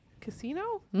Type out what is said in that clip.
casino